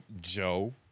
Joe